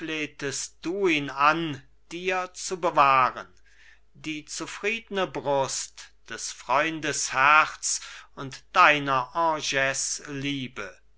flehtest du ihn an dir zu bewahren die zufriedne brust des freundes herz und deiner agnes liebe